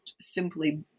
simply